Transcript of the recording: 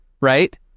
right